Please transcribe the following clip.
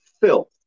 filth